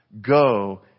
go